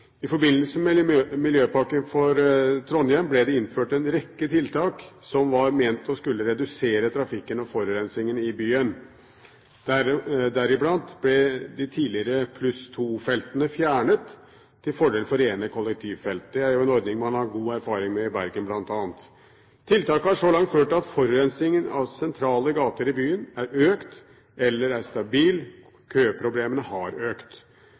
I forbindelse med miljøpakken for Trondheim ble det innført en rekke tiltak som var ment å skulle redusere trafikken og forurensningen i byen, deriblant ble de tidligere 2+-feltene fjernet til fordel for rene kollektivfelt. Det er jo en ordning man har god erfaring med i Bergen bl.a. Tiltakene har så langt ført til at forurensningen av sentrale gater i byen er økt eller er stabil. Køproblemene har økt.